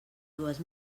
dues